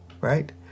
right